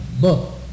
book